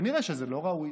כנראה שזה לא ראוי.